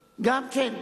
מחוזי, גם כן,